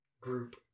group